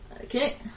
Okay